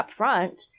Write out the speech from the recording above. upfront